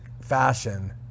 fashion